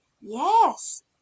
yes